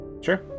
Sure